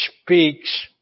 speaks